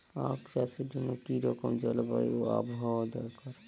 আখ চাষের জন্য কি রকম জলবায়ু ও আবহাওয়া দরকার?